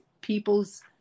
people's